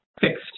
fixed